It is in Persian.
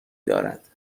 دارد